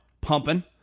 pumping